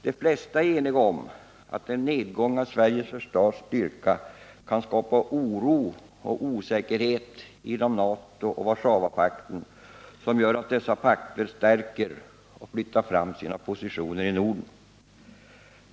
De flesta är eniga om att en nedgång i det svenska försvarets styrka kan skapa oro och osäkerhet inom NATO och Warszawapakten, som gör att dessa pakter stärker och flyttar fram sina positioner i Norden.